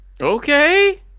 Okay